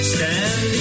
Stand